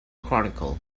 chronicle